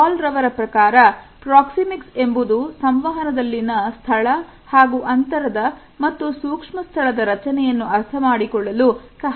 Hall ಅವರ ಪ್ರಕಾರ Proxemics ಎಂಬುದು ಸಂವಹನದಲ್ಲಿ ನ ಸ್ಥಳ ಹಾಗೂ ಅಂತರದ ಮತ್ತು ಸೂಕ್ಷ್ಮ ಸ್ಥಳದ ರಚನೆಯನ್ನು ಅರ್ಥಮಾಡಿಕೊಳ್ಳಲು ಸಹಾಯ ಮಾಡುತ್ತದೆ